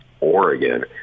Oregon